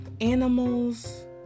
animals